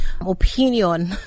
opinion